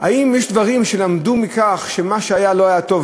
האם יש דברים שלמדו מכך, שמה שהיה לא היה טוב?